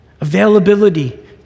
Availability